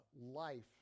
life